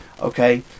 Okay